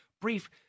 brief